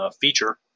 feature